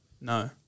No